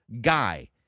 guy